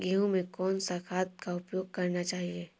गेहूँ में कौन सा खाद का उपयोग करना चाहिए?